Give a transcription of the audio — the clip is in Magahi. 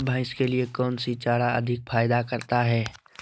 भैंस के लिए कौन सी चारा अधिक फायदा करता है?